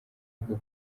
uku